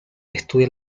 estudia